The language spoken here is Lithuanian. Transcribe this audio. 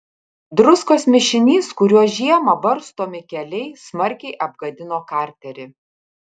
druskos mišinys kuriuo žiemą barstomi keliai smarkiai apgadino karterį